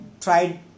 tried